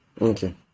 okay